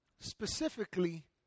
specifically